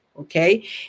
Okay